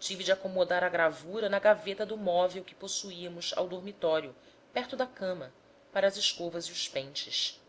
tive de acomodar a gravura na gaveta do móvel que possuíamos ao dormitório perto da cama para as escovas e os pentes